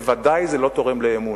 ובוודאי זה לא תורם לאמון.